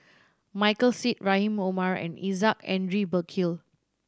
Michael Seet Rahim Omar and Isaac Henry Burkill